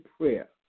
prayer